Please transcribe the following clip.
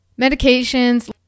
Medications